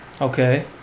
Okay